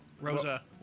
Rosa